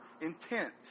intent